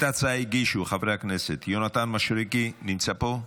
את ההצעה הגישו חברי הכנסת יונתן מישרקי, נמצא פה,